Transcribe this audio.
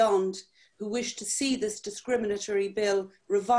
הבעיה יותר גדולה מישראל, כל המערב תחת איום, אבל